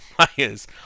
players